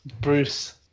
Bruce